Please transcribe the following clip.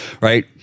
right